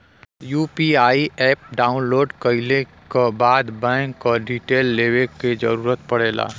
UPI app download कइले क बाद बैंक क डिटेल देवे क जरुरत पड़ेला